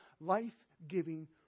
life-giving